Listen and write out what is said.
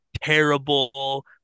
terrible